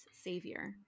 savior